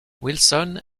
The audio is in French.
wilson